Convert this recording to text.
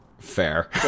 Fair